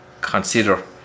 consider